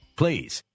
please